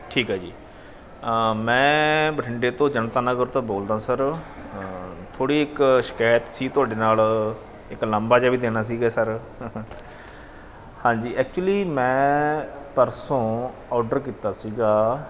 ਠੀਕ ਆ ਜੀ ਮੈਂ ਬਠਿੰਡੇ ਤੋਂ ਜਨਤਾ ਨਗਰ ਤੋਂ ਬੋਲਦਾ ਸਰ ਥੋੜ੍ਹੀ ਇੱਕ ਸ਼ਿਕਾਇਤ ਸੀ ਤੁਹਾਡੇ ਨਾਲ ਇੱਕ ਉਲਾਂਭਾ ਜਿਹਾ ਵੀ ਦੇਣਾ ਸੀਗਾ ਸਰ ਹਾਂਜੀ ਐਕਚੁਲੀ ਮੈਂ ਪਰਸੋਂ ਆਰਡਰ ਕੀਤਾ ਸੀਗਾ